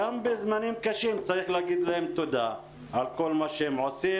אז אני אגיד לך,